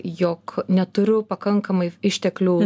jog neturiu pakankamai išteklių